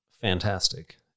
fantastic